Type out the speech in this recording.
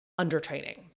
undertraining